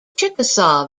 chickasaw